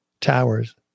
towers